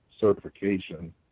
certification